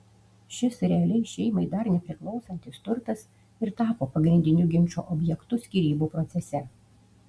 šis realiai šeimai dar nepriklausantis turtas ir tapo pagrindiniu ginčo objektu skyrybų procese